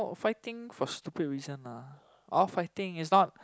fighting for stupid reason ah or fighting is not